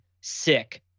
sick